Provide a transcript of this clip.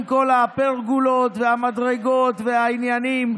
עם כל הפרגולות והמדרגות והעניינים.